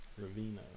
Ravina